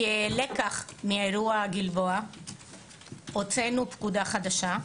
כלקח מאירוע הגלבוע הוצאנו פקודה חדשה,